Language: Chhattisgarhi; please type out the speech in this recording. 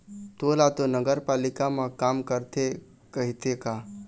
तोला तो नगरपालिका म काम करथे कहिथे का?